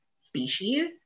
species